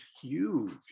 huge